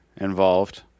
involved